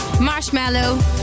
Marshmallow